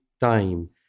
time